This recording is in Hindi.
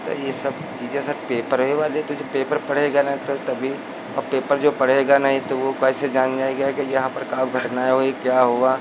तो यह सब चीज़ें सर पेपरए वाले तो जो पेपर पढ़ेगा न तो तभी और पेपर जो पढ़ेगा नहीं तो वह कैसे जान जाएगा कि यहाँ पर का घटनाएँ हुई क्या हुआ